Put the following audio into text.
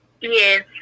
Yes